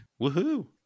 Woohoo